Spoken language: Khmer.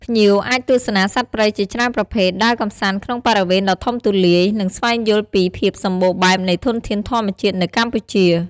ភ្ញៀវអាចទស្សនាសត្វព្រៃជាច្រើនប្រភេទ ដើរកម្សាន្តក្នុងបរិវេណដ៏ធំទូលាយ និងស្វែងយល់ពីភាពសម្បូរបែបនៃធនធានធម្មជាតិនៅកម្ពុជា។